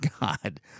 God